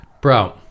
bro